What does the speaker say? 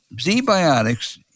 Z-Biotics